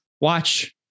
watch